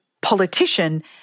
politician